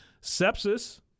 Sepsis